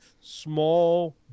small